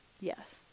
Yes